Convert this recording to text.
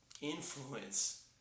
influence